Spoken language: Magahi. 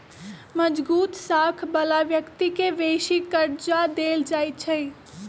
मजगुत साख बला व्यक्ति के बेशी कर्जा देल जाइ छइ